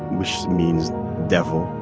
which means devil.